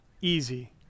easy